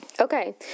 Okay